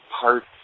parts